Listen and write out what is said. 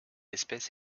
espèce